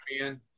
man